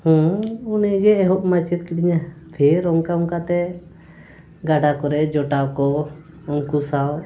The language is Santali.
ᱦᱮᱸ ᱩᱱᱤᱜᱮ ᱮᱦᱚᱵᱼᱢᱟ ᱪᱮᱫ ᱠᱤᱫᱤᱧᱟ ᱯᱷᱤᱨ ᱚᱱᱠᱟ ᱚᱱᱠᱟᱛᱮ ᱜᱟᱰᱟ ᱠᱚᱨᱮ ᱡᱚᱴᱟᱣ ᱠᱚ ᱩᱱᱠᱩ ᱥᱟᱶ